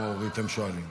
למה אורית, הם שואלים.